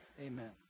Amen